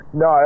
no